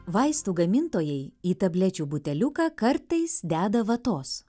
vaistų gamintojai į tablečių buteliuką kartais deda vatos